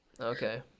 okay